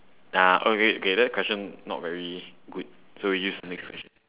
nah okay okay that question not very good so we use the next question